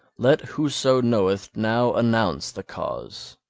let whoso knoweth now announce the cause.